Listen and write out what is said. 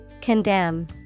Condemn